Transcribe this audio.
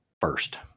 first